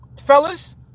fellas